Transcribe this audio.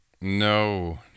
no